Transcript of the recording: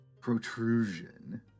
protrusion